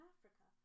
Africa